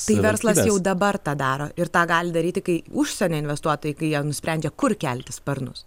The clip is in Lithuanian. tai verslas jau dabar tą daro ir tą gali daryti kai užsienio investuotojai kai jie nusprendžia kur kelti sparnus